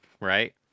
right